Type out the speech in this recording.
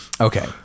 Okay